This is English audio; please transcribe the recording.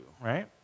right